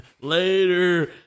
Later